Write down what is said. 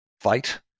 fight